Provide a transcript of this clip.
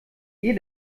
ihr